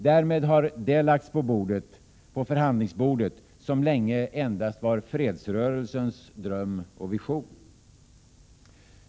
Därmed har det lagts på förhandlingsbordet som länge endast var fredsrörelsens dröm och vision.